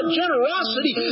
generosity